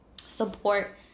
support